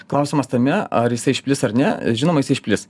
klausimas tame ar jis išplis ar ne žinoma jisai išplis